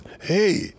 hey